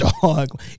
dog